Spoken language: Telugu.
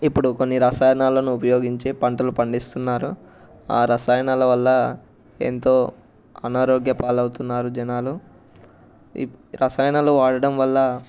ఇప్పుడు కొన్ని రసాయనాలను ఉపయోగించి పంటలు పండిస్తున్నారు ఆ రసాయనాల వల్ల ఎంతో అనారోగ్య పాలవుతున్నారు జనాలు ఇ రసాయనాలు వాడడం వల్ల